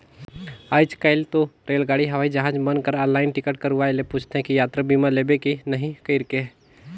आयज कायल तो रेलगाड़ी हवई जहाज मन कर आनलाईन टिकट करवाये ले पूंछते कि यातरा बीमा लेबे की नही कइरके